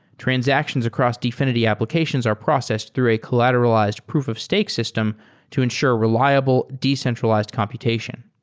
transactions across dfinity applications are processed through a collateralized proof of stake system to ensure reliable decentralized computation.